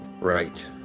Right